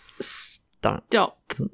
Stop